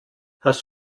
hast